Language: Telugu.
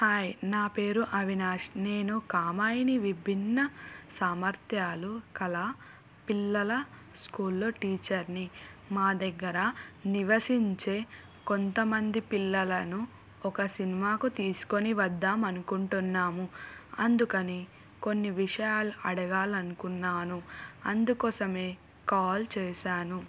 హాయ్ నా పేరు అవినాష్ నేను కామాయిని విభిన్న సామర్థ్యాలు కల పిల్లల స్కూల్లో టీచర్ని మా దగ్గర నివసించే కొంత మంది పిల్లలను ఒక సినిమాకు తీసుకొని వద్దాం అనుకుంటున్నాము అందుకని కొన్ని విషయాలు అడగాలనుకున్నాను అందుకోసమే కాల్ చేసాను